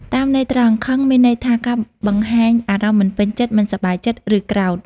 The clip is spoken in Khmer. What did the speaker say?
តាមន័យត្រង់ "ខឹង" មានន័យថា ការបង្ហាញអារម្មណ៍មិនពេញចិត្ត មិនសប្បាយចិត្ត ឬក្រោធ។